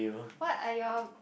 what are your